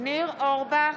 ניר אורבך,